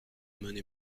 emmené